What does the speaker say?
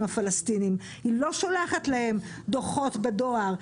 הפלסטינים היא לא שולחת להם דוחות בדואר,